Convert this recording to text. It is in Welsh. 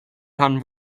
rhan